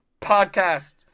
podcast